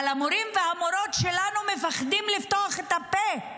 אבל המורים והמורות שלנו מפחדים לפתוח את הפה,